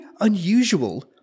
unusual